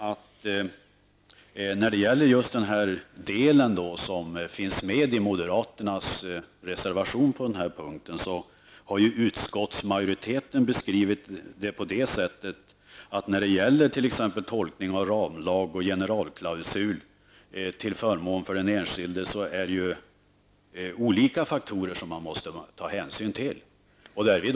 Beträffande det som i moderaternas reservation anförs om tolkning av ramlag och generalklausul till förmån för den enskilde, anser utskottet att man måste ta hänsyn till olika faktorer.